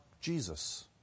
Jesus